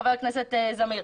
חבר הכנסת זמיר.